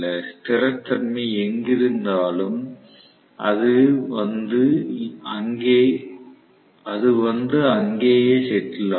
ஸ்திரத்தன்மை எங்கிருந்தாலும் அது வந்து அங்கேயே செட்டில் ஆகும்